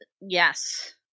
Yes